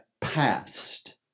passed